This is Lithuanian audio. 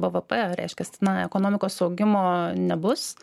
bvp reiškias na ekonomikos augimo nebus